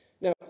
Now